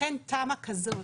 לכן תמ"א כזאת,